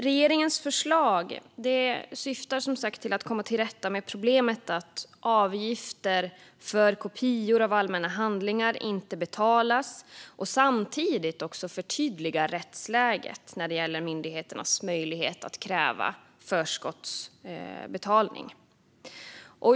Regeringens förslag syftar som sagt till att komma till rätta med problemet att avgifter för kopior av allmänna handlingar inte betalas och samtidigt förtydliga rättsläget när det gäller myndigheternas möjlighet att kräva förskottsbetalning.